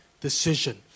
decision